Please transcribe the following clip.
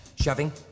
shoving